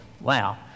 Wow